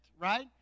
right